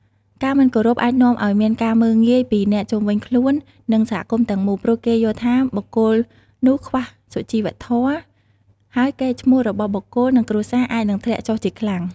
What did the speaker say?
ការមិនគោរពអាចនាំឲ្យមានការមើលងាយពីអ្នកនៅជុំវិញខ្លួននិងសហគមន៍ទាំងមូល ព្រោះគេយល់ថាបុគ្គលនោះខ្វះសុជីវធម៌ ហើយកេរ្តិ៍ឈ្មោះរបស់បុគ្គល និងគ្រួសារអាចនឹងធ្លាក់ចុះជាខ្លាំង។